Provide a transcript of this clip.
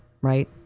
right